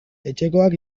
etxekoak